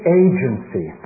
agency